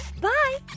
Bye